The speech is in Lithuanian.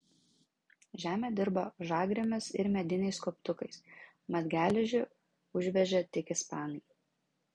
žemę dirbo žagrėmis ir mediniais kauptukais mat geležį užvežė tik ispanai